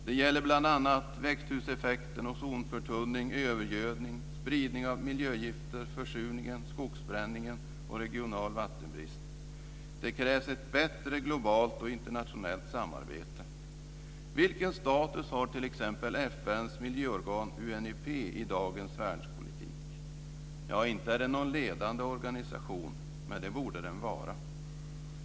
Det gäller bl.a. växthuseffekten, ozonförtunning, övergödning, spridning av miljögifter, försurningen, skogsbränningen och regional vattenbrist. Det krävs ett bättre globalt och internationellt samarbete. Vilken status har t.ex. FN:s miljöorgan UNEP i dagens världspolitik? Ja, inte är det någon ledande organisation, men det borde den vara.